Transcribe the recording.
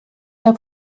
der